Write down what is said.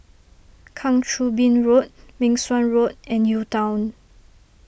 Kang Choo Bin Road Meng Suan Road and UTown